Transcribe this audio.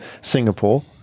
Singapore